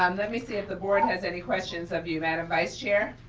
um let me see if the board has any questions of you. madam vice chair.